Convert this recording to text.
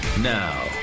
now